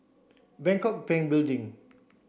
Bangkok Bank Building